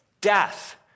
death